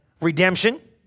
Redemption